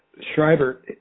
Schreiber